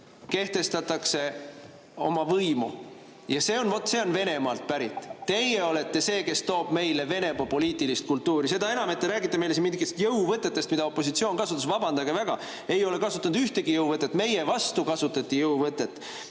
kehtestatakse oma võimu, ja vot see on Venemaalt pärit. Teie olete see, kes toob meile Venemaa poliitilist kultuuri. Seda enam, et te räägite meile siin midagi jõuvõtetest, mida opositsioon olevat kasutanud. Vabandage väga, me ei ole kasutanud ühtegi jõuvõtet! Hoopis meie vastu kasutati jõuvõtet.